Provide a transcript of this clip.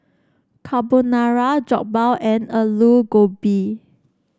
Carbonara Jokbal and Alu Gobi